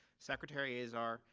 secretary azar,